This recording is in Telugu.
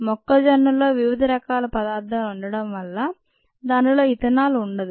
మొక్కజొన్నలో వివిధ రకాల పదార్థాలు ఉండటం వల్ల దానిలో ఇథనాల్ ఉండదు